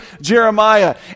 Jeremiah